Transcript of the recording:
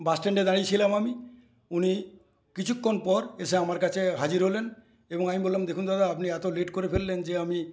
বাস স্ট্যান্ডে দাঁড়িয়েছিলাম আমি উনি কিছুক্ষণ পর এসে আমার কাছে হাজির হলেন এবং আমি বললাম দেখুন দাদা আপনি এত লেট করে ফেললেন যে আমি